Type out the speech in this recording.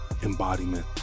embodiment